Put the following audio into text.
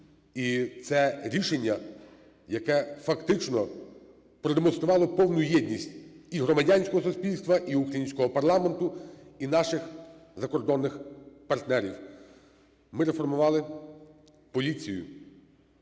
І це рішення, яке фактично продемонструвало повну єдність і громадянського суспільства, і українського парламенту, і наших закордонних партнерів. Ми реформували поліцію.